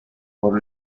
por